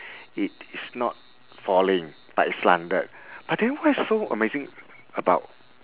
it is not falling but it's slanted but then what's so amazing about